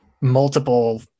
multiple